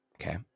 Okay